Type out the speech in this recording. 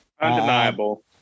Undeniable